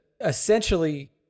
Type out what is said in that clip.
Essentially